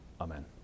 Amen